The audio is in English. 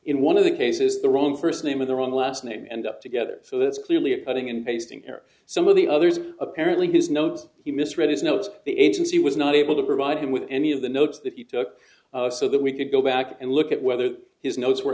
in one of the cases the wrong first name of the wrong last name end up together so that's clearly a cutting and pasting error some of the others apparently his nose you misread his notes the agency was not able to provide him with any of the notes that he took so that we could go back and look at whether his notes were